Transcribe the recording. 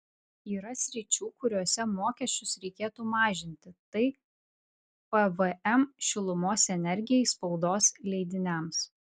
yra sričių kuriose mokesčius reikėtų mažinti tai pvm šilumos energijai spaudos leidiniams